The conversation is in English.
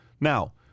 Now